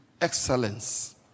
excellence